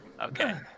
Okay